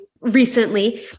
recently